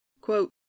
Quote